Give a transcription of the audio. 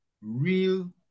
real